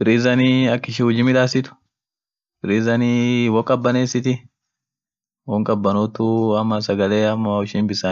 Oveninio ak iinin huki midaasu, sagale hoodisai, sagale diko kabanoot fa ama diko bulte ama diko